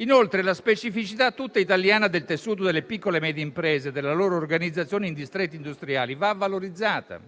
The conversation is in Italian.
Inoltre la specificità tutta italiana del tessuto delle piccole medie imprese e della loro organizzazione in distretti industriali va valorizzata,